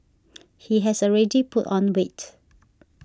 he has already put on weight